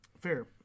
Fair